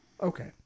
Okay